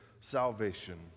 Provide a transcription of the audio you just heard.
salvation